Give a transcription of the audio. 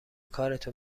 کارتو